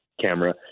camera